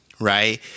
right